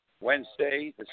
Wednesday